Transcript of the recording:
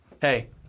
Hey